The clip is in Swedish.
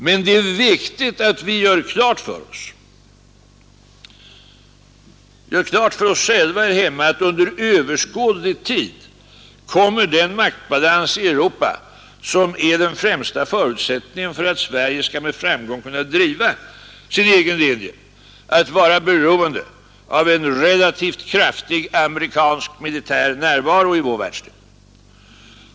Men det är viktigt att vi gör klart för oss själva här hemma att under överskådlig tid kommer den maktbalans i Europa som är den första förutsättningen för att Sverige med framgång skall kunna driva sin egen linje att vara beroende av en relativt kraftig amerikansk militär närvaro i vår världsdel.